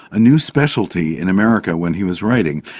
a new specialty in america when he was writing.